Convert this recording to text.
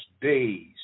days